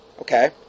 Okay